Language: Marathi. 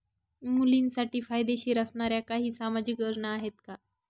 मुलींसाठी फायदेशीर असणाऱ्या काही सामाजिक योजना आहेत का?